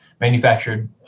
manufactured